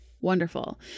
Wonderful